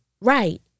Right